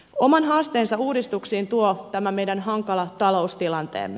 oman haasteensa uudistuksiin tuo tämä meidän hankala taloustilanteemme